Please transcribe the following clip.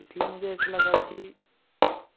इसलिए मुझे ऐसा लगा कि